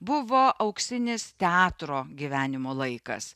buvo auksinis teatro gyvenimo laikas